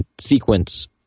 sequence